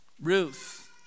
Ruth